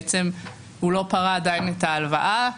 והוא לא פרע עדיין את ההלוואה,